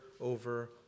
over